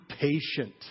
patient